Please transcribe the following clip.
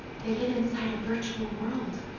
they live inside a virtual world,